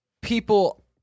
people